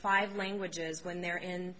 five languages when they're in